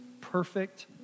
perfect